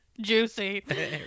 Juicy